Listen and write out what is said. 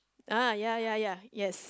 ah ya ya ya yes